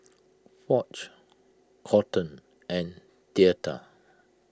Foch Colton and theta